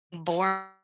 born